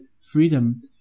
freedom